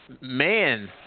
man